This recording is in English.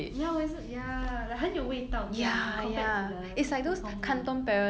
ya 我也是 ya like 很有味道这样 compared to the 普通 [one]